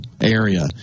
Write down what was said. area